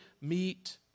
meet